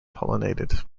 pollinated